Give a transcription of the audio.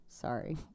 sorry